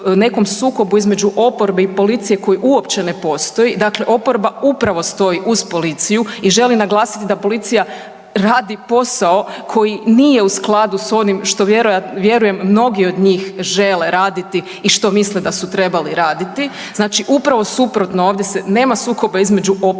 nekom sukobu između oporbe i policije koji uopće ne postoji. Dakle, oporba upravo stoji uz policiju i želi naglasiti da policija radi posao koji nije u skladu s onim što vjerujem mnogi od njih žele raditi i što misle da su trebali raditi. Znači upravo suprotno, ovdje nema sukoba između oporbe